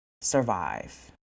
survive